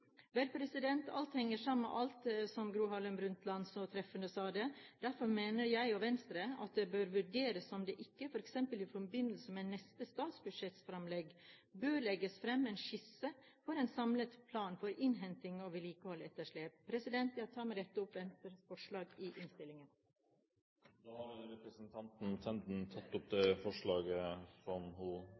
Vel, alt henger sammen med alt, som Gro Harlem Brundtland så treffende sa det. Derfor mener jeg, og Venstre, at det bør vurderes om det ikke, f.eks. i forbindelse med neste statsbudsjettframlegg, bør legges fram en skisse for en samlet plan for innhenting av vedlikeholdsetterslepet. Jeg tar med dette opp Venstres forslag i innstillingen. Da har representanten Borghild Tenden tatt opp det forslaget hun